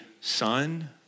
son